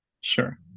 Sure